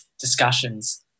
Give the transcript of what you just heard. discussions